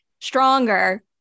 stronger